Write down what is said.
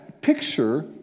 Picture